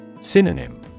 Synonym